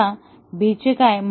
आता B चे काय